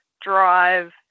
drive